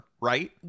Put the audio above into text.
right